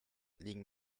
liegen